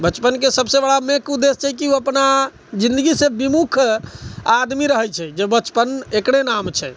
बचपन के सबसे बड़ा मेन उद्देश्य छै ओ अपना जिंदगी से विमुख आदमी रहै छै जे बचपन एकरे नाम छै